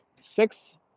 six